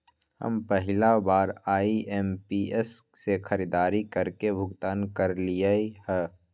हम पहिला बार आई.एम.पी.एस से खरीदारी करके भुगतान करलिअई ह